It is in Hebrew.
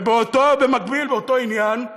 במקביל באותו עניין,